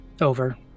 over